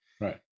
Right